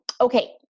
Okay